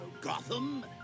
Gotham